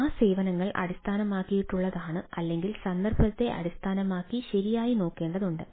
അതിനാൽ ആ സേവനങ്ങൾ അടിസ്ഥാനമാക്കിയുള്ളതാണ് അല്ലെങ്കിൽ സന്ദർഭത്തെ അടിസ്ഥാനമാക്കി ശരിയായി നോക്കേണ്ടതുണ്ട്